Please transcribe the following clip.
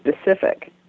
specific